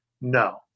No